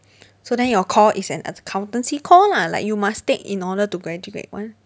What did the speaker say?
so then your core is an accountancy core lah like you must take in order to graduate [one]